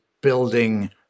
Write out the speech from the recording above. building